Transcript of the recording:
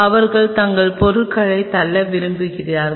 அவர்கள் தங்கள் பொருட்களை தள்ள விரும்புவார்கள்